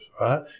right